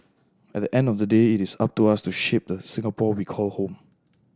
at the end of the day it is up to us to shape the Singapore we call home